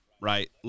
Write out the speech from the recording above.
right